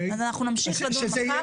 אז אנחנו נמשיך לדון מחר.